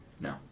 no